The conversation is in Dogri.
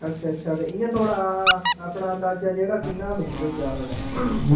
अच्छा अच्छा ते इ'यां थुआढ़ा अपना अंदाजा जेह्ड़ा किन्ना मखीर होई जा थुआढ़े